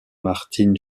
martin